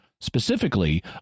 Specifically